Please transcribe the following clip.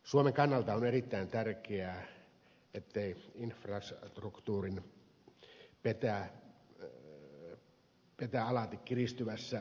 suomen kannalta on erittäin tärkeää ettei infrastruktuuri petä alati kiristyvässä kilpailutilanteessa